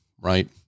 Right